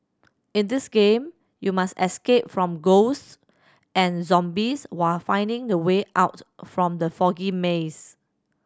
in this game you must escape from ghosts and zombies while finding the way out from the foggy maze